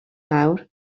nawr